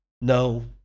No